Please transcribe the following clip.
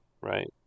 right